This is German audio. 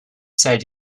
zählt